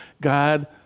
God